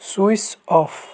switch off